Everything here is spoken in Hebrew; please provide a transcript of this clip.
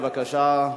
בבקשה.